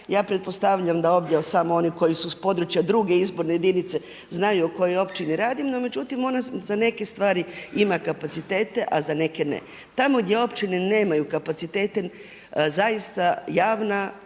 Ja pretpostavljam da ovdje samo oni koji su s područja druge izborne jedinice znaju u kojoj općini radim. No međutim, ona za neke stvari ima kapacitete, a za neke ne. Tamo gdje općine nemaju kapacitete zaista javna,